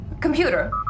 Computer